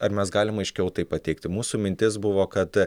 ar mes galim aiškiau tai pateikti mūsų mintis buvo kad